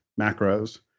macros